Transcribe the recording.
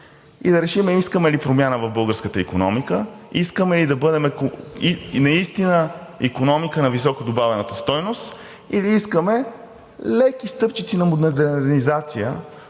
И да решим искаме ли промяна в българската икономика – наистина икономика на високо добавената стойност, или искаме леки стъпчици на модернизация,